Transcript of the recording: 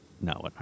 No